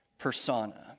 persona